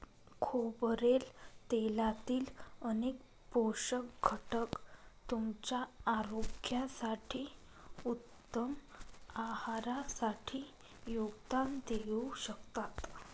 खोबरेल तेलातील अनेक पोषक घटक तुमच्या आरोग्यासाठी, उत्तम आहारासाठी योगदान देऊ शकतात